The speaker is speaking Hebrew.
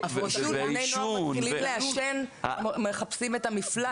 עישון, בני נוער מתחילים לעשן, מחפשים את המפלט.